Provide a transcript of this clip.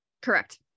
Correct